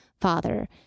father